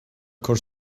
cur